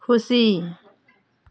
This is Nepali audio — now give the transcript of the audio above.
खुसी